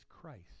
Christ